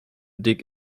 dig